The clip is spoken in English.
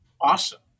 awesome